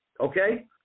Okay